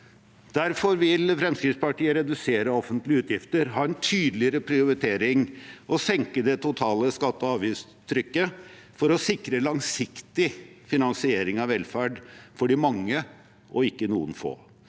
Derfor vil Fremskrittspartiet redusere offentlige utgifter, ha en tydeligere prioritering og senke det totale skatte- og avgiftstrykket for å sikre langsiktig finansiering av velferd for de mange, og ikke noen få.